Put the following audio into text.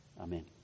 Amen